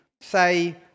say